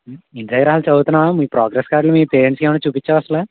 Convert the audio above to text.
ఇంటి దగ్గర అసలు చదువుతున్నావా మీ ప్రోగ్రస్ కార్డ్లు మీ పేరెంట్స్కి ఏమన్నా చూపించావా అసలు